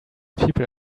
people